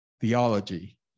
theology